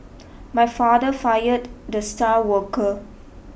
my father fired the star worker